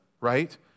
right